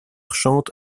chante